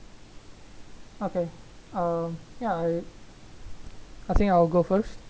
okay uh ya I I think I will go first